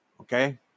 okay